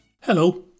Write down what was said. Hello